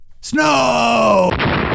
Snow